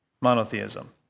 monotheism